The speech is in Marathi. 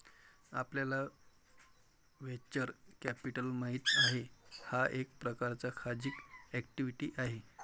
आपल्याला व्हेंचर कॅपिटल माहित आहे, हा एक प्रकारचा खाजगी इक्विटी आहे